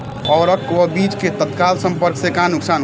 उर्वरक व बीज के तत्काल संपर्क से का नुकसान होला?